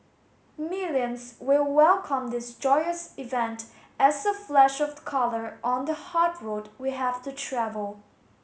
millions will welcome this joyous event as a flash of the colour on the hard road we have to travel